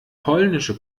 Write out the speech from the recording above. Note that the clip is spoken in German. polnische